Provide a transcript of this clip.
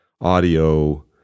audio